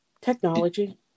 technology